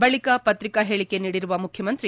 ಬಳಿಕ ಪತ್ರಿಕಾ ಹೇಳಿಕೆ ನೀಡಿರುವ ಮುಖ್ಯಮಂತ್ರಿ